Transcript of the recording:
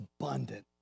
abundant